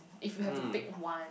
if you have to pick one